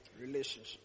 Relationship